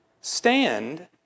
stand